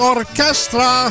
Orchestra